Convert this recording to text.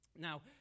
Now